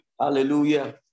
Hallelujah